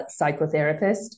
psychotherapist